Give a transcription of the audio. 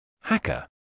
Hacker